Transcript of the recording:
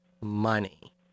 money